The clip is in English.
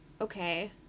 okay